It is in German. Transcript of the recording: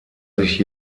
sich